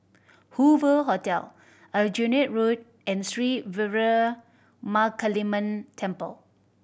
Hoover Hotel Aljunied Road and Sri Veeramakaliamman Temple